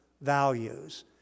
values